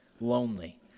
Lonely